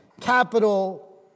capital